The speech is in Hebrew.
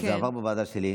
שעבר בוועדה שלי,